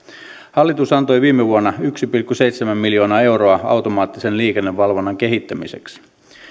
hallitus antoi viime vuonna yksi pilkku seitsemän miljoonaa euroa automaattisen liikennevalvonnan kehittämiseksi